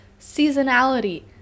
Seasonality